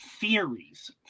Theories